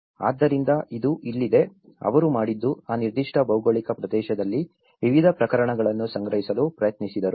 ಆದ್ದರಿಂದ ಇದು ಇಲ್ಲಿದೆ ಅವರು ಮಾಡಿದ್ದು ಆ ನಿರ್ದಿಷ್ಟ ಭೌಗೋಳಿಕ ಪ್ರದೇಶದಲ್ಲಿ ವಿವಿಧ ಪ್ರಕರಣಗಳನ್ನು ಸಂಗ್ರಹಿಸಲು ಪ್ರಯತ್ನಿಸಿದರು